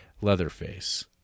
Leatherface